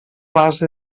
base